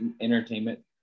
entertainment